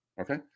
Okay